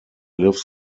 live